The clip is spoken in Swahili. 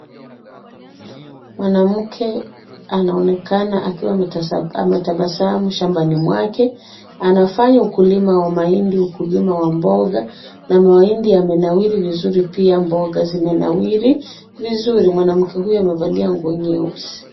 Mwanamke anaonekana akiwa ametabasamu shambani mwake. Anafanya ukulima wa mahindi, ukulima wa mboga na mahindi yamenawiri vizuri pia mboga zimenawiri vizuri. Mwanamke huyu amevalia nguo nyeusi.